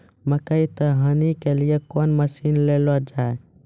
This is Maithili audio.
मकई तो हनी के लिए कौन मसीन ले लो जाए?